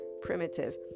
primitive